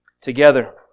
together